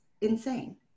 insane